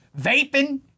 Vaping